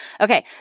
Okay